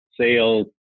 sales